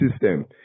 system